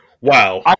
wow